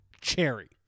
cherry